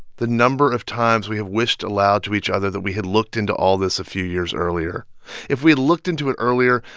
the number of times we have wished aloud to each other that we had looked into all this a few years earlier if we had looked into it earlier,